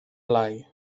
blai